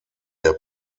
der